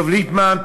דב ליפמן,